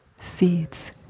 Seeds